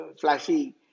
flashy